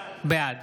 בעד